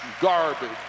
garbage